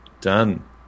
Done